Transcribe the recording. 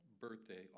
birthday